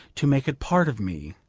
to make it part of me,